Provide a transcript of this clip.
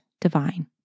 divine